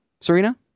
Serena